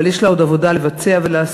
אבל יש לה עוד עבודה לבצע ולעשות.